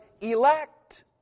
elect